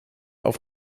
auf